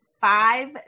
five